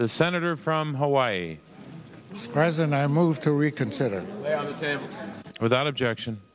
the senator from hawaii president i move to reconsider without objection